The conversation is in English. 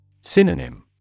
Synonym